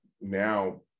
now